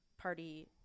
party